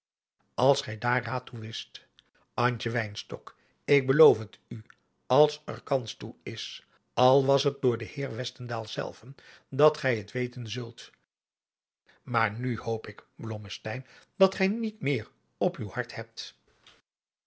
als gij daar raad toe wist antje wynstok ik beloof het u als er kans toe is al was het door den heer westendaal zelven dat gij het weten zult maar nu hoop ik blommesteyn dat gij niet meer op uw hart hebt